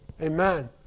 Amen